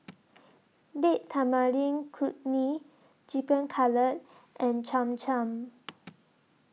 Date Tamarind Chutney Chicken Cutlet and Cham Cham